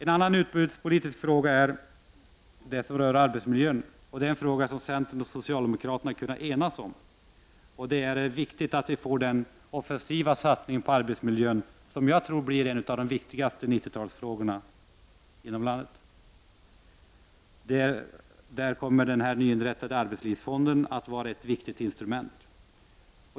En annan utbudspolitisk fråga gäller arbetsmiljön. Här har centern och socialdemokraterna kunnat enas. Det är viktigt att vi får en offensiv satsning på arbetsmiljön, som jag tror blir en av de betydelsefullaste 90-talsfrågorna. Här kommer den nyinrättade arbetslivsfonden att vara ett viktigt instrument.